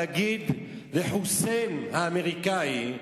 להגיד לחוסיין האמריקני,